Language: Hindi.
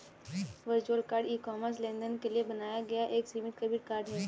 वर्चुअल कार्ड ई कॉमर्स लेनदेन के लिए बनाया गया एक सीमित डेबिट कार्ड है